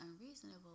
unreasonable